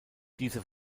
dieser